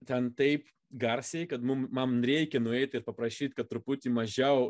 ten taip garsiai kad mum mum reikia nueiti ir paprašyti kad truputį mažiau